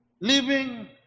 Living